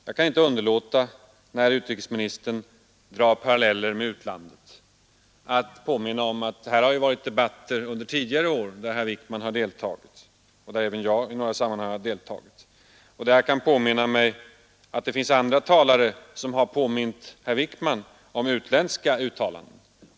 Jag kan inte underlåta — när utrikesministern drar paralleller med utlandet — att påpeka att herr Wickman och även jag i några sammanhang har deltagit i debatter, där olika talare har påmint herr Wickman om utländska uttalanden.